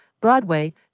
Broadway